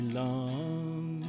long